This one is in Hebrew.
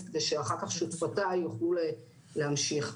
אני חושבת שאנחנו כן יכולים לעשות פה